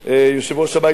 יושב-ראש הבית,